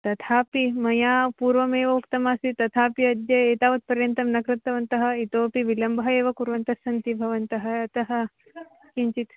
तथापि मया पूर्वमेव उक्तमासीत् तथापि अद्य एतावत्पर्यन्तं न कृतवन्तः इतोपि विलम्बः एव कुर्वन्तस्सन्ति भवन्तः अतः किञ्चित्